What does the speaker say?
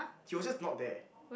he was just not there